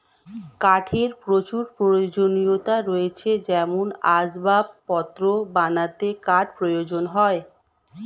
কাঠের প্রচুর প্রয়োজনীয়তা রয়েছে যেমন আসবাবপত্র বানাতে কাঠ প্রয়োজন হয়